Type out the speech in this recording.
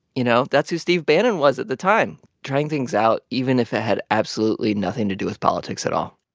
you know, that's who steve bannon was at the time, trying things out even if it had absolutely nothing to do with politics at all